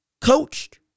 coached